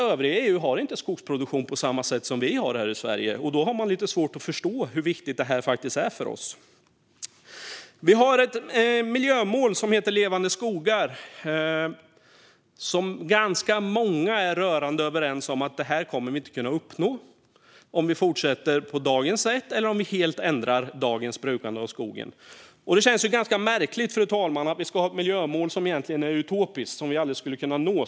Övriga EU har inte skogsproduktion på samma sätt som vi har här i Sverige, så man har lite svårt att förstå hur viktigt det här är för oss. Vi har ett miljömål som heter Levande skogar. Ganska många är rörande överens om att vi inte kommer att kunna uppnå det oavsett om vi fortsätter på dagens sätt eller helt ändrar dagens brukande av skogen. Det känns ganska märkligt, fru talman, att vi ska ha ett miljömål som egentligen är utopiskt och som vi aldrig skulle kunna nå.